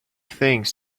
things